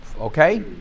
Okay